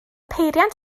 peiriant